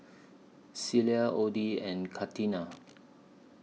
Cilla Odie and Catina